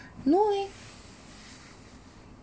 no eh